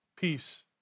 Peace